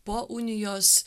po unijos